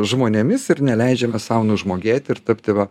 žmonėmis ir neleidžiame sau nužmogėti ir tapti va